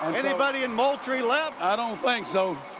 anybody in moultrie left? i don't think so.